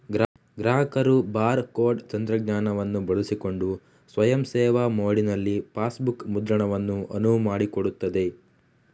ಗ್ರಾಹಕರು bar code ತಂತ್ರಜ್ಞಾನವನ್ನು ಬಳಸಿಕೊಂಡು ಸ್ವಯಂ ಸೇವಾ ಮೋಡಿನಲ್ಲಿ ಪಾಸ್ಬುಕ್ ಮುದ್ರಣವನ್ನು ಅನುವು ಮಾಡಿಕೊಡುತ್ತದೆ